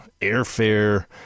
airfare